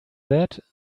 that